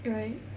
right